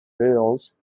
rules